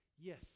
Yes